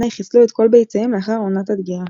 חיסלו את כל ביציהם לאחר עונת הדגירה.